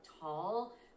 tall